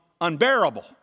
unbearable